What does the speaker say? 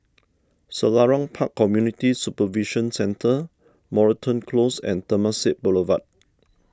Selarang Park Community Supervision Centre Moreton Close and Temasek Boulevard